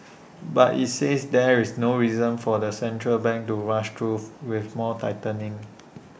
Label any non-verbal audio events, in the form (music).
but IT says there's no reason for the central bank to rush though (noise) with more tightening